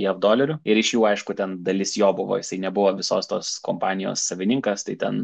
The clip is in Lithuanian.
jav dolerių ir iš jų aišku ten dalis jo buvo jisai nebuvo visos tos kompanijos savininkas tai ten